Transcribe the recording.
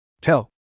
Tell